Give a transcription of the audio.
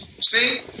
see